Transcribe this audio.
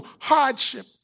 hardship